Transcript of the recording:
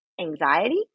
anxiety